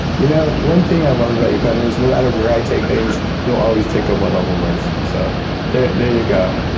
you know, one thing i love about you pedram, is no matter where i take things you'll take them one level worse. so there there you go